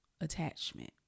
attachment